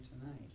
tonight